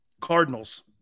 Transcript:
Cardinals